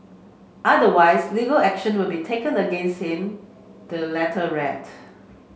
otherwise legal action will be taken against him the letter read